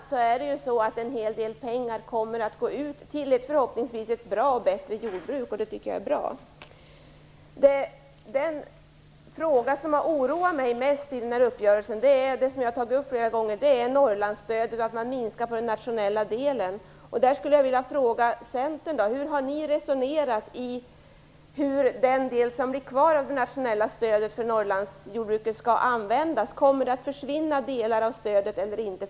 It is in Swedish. Det är ju trots allt så att en hel del pengar kommer att gå ut till ett bra, och förhoppningsvis bättre, jordbruk. Jag tycker att det är bra. Den fråga som har oroat mig mest i den här uppgörelsen har jag tagit upp flera gånger. Den gäller Norrlandsstödet och att man minskar på den nationella delen. Jag skulle vilja fråga hur Centern har resonerat när det gäller hur den del som blir kvar av det nationella stödet för Norrlandsjordbruket skall användas. Kommer delar av stödet att försvinna eller inte?